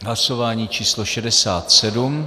Hlasování číslo 67.